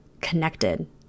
connected